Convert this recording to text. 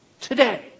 today